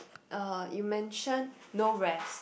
uh you mention no rest